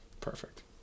Perfect